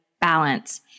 balance